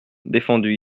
défendu